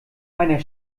einer